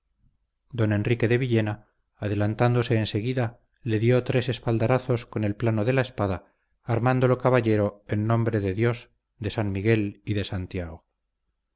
don enrique de villena adelantándose en seguida le dio tres espaldarazos con el plano de la espada armándolo caballero en nombre de dios de san miguel y de santiago